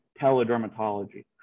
teledermatology